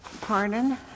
pardon